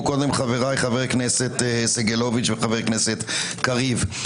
חבריי חבר הכנסת סגלוביץ וחבר הכנסת קריב.